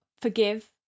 forgive